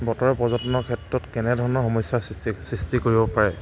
বতৰে পৰ্যটনৰ ক্ষেত্ৰত কেনেধৰণৰ সমস্যাৰ সৃষ্টি সৃষ্টি কৰিব পাৰে